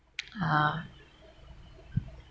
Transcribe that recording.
ah